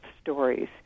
stories